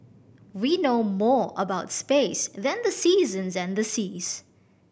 we know more about space than the seasons and the seas